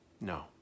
no